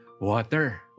water